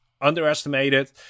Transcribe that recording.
underestimated